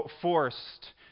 forced